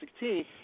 2016